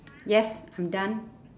yes I'm done